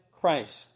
Christ